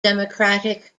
democratic